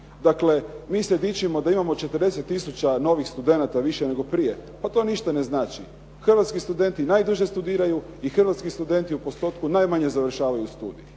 Dakle, mi se dičimo da imamo 40 tisuća novih studenata više nego prije, pa to ništa ne znači, hrvatski studenti najduže studiraju i hrvatski studenti u postotku najmanje završavaju studij.